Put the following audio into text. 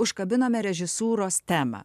užkabinome režisūros temą